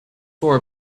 for